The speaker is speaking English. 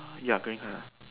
ya green colour